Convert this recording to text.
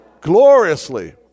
Gloriously